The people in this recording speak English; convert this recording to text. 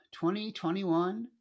2021